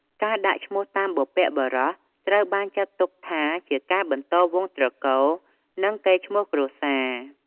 ការដាក់ឈ្មោះតាមបុព្វបុរសត្រូវបានចាត់ទុកថា ជាការបន្តវង្សត្រកូល និងកេរ្តិ៍ឈ្មោះគ្រួសារ។